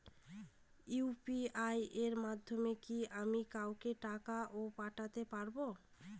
UPI এর মাধ্যমে কি আমি কাউকে টাকা ও পাঠাতে পারবো?